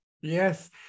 Yes